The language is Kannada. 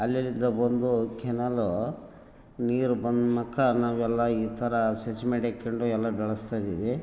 ಅಲ್ಲೆಲ್ಲಿಂದ ಬಂದು ಕೆನಾಲ್ ನೀರು ಬಂದ್ನ ಕಾರಣ ಇವೆಲ್ಲ ಈ ಥರ ಸಜ್ಮೆಡಿಕ್ಕೆಂಡು ಎಲ್ಲ ಬೆಳೆಸ್ತಾ ಇದ್ದೀವಿ